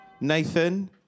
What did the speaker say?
Nathan